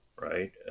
right